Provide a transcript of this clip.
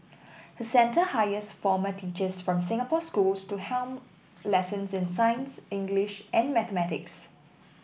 her centre hires former teachers from Singapore schools to helm lessons in science English and mathematics